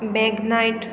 बॅगनायट